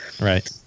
Right